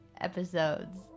episodes